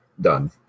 done